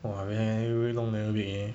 !wah! very long never bake eh